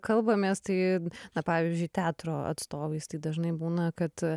kalbamės tai na pavyzdžiui teatro atstovais tai dažnai būna kad